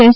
S